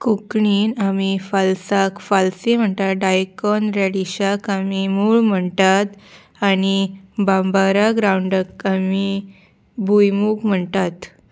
कोंकणीन आमी फाल्साक फाल्सी म्हणटात डायकॉन रेडिशाक आमी मूळो म्हणटात आनी बांबारा ग्रावंडनटाक आमी भूंयमूग म्हणटात